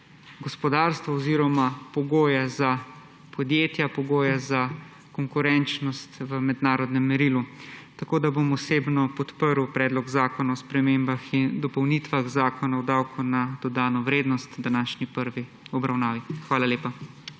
gospodarstvo oziroma pogoje za podjetja, pogoje za konkurenčnost v mednarodnem merilu. Tako bom osebno podprl Predlog zakona o spremembah in dopolnitvah Zakona o davku na dodano vrednost v današnji prvi obravnavi. Hvala lepa.